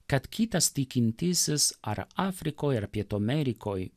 kad kitas tikintysis ar afrikoje ar pietų amerikoje